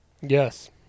Yes